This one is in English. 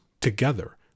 Together